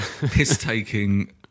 piss-taking